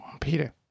Peter